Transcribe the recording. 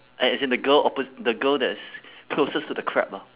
a~ as in the girl oppos~ the girl that is closest to the crab lah